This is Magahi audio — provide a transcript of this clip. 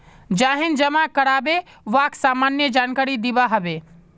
जाहें जमा कारबे वाक सामान्य जानकारी दिबा हबे